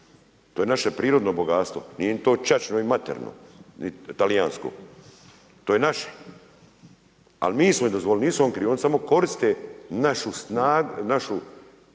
to je naše prirodno bogatstvo, nije im to ćaća ni materino talijansko. To je naše, al mi smo im dozvolili, nisu oni krivi, oni samo koriste našu snagu, našu